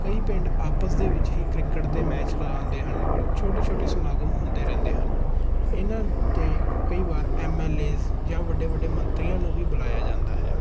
ਕਈ ਪਿੰਡ ਆਪਸ ਦੇ ਵਿੱਚ ਹੀ ਕ੍ਰਿਕਟ ਦੇ ਮੈਚ ਲਗਾਉਂਦੇ ਹਨ ਛੋਟੇ ਛੋਟੇ ਸਮਾਗਮ ਹੁੰਦੇ ਰਹਿੰਦੇ ਹਨ ਇਹਨਾਂ 'ਤੇ ਕਈ ਵਾਰ ਐੱਮ ਐੱਲ ਏ ਜਾਂ ਵੱਡੇ ਵੱਡੇ ਮੰਤਰੀਆਂ ਨੂੰ ਵੀ ਬੁਲਾਇਆ ਜਾਂਦਾ ਹੈ